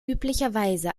üblicherweise